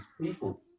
people